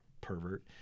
pervert